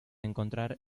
encontrar